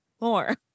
more